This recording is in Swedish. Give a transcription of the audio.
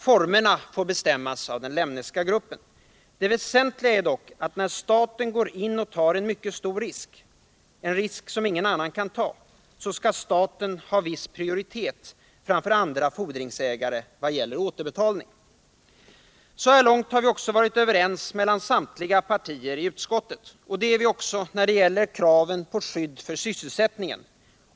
Formerna får bestämmas av den Lemneska gruppen. Det väsentliga är dock att när staten går in och tar en mycket stor risk, en risk som ingen annan kan ta, skall staten ha en viss prioritet framför andra fordringsägare i vad gäller återbetalning. Så här långt har också samtliga partier i utskottet varit överens, och det är de också när det gäller kraven på skydd för sysselsättningen.